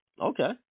okay